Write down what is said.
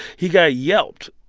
he got yelped.